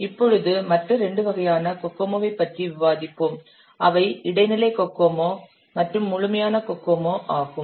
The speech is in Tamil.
இப்பொழுது மற்ற இரண்டு வகையான கோகோமோவைப் பற்றி விவாதிப்போம் அவை இடைநிலை கோகோமோ மற்றும் முழுமையான கோகோமோ ஆகும்